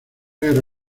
guerra